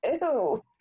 ew